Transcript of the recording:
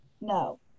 No